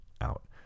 out